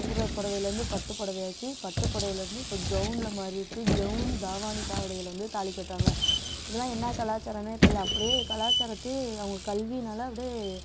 கூரைப்பொடவையிலிருந்து பட்டுப்புடவையாச்சி பட்டுப்புடவையிலிருந்து இப்போ கவுனில் மாறியிருக்கு கவுன் தாவாணி பாவாடைகள் வந்து தாலி கட்டுறாங்க இதலாம் என்ன கலாச்சாரம்னே தெரில அப்டி கலாச்சாரத்தையே அவங்க கல்வியினால் அப்டி